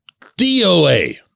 DOA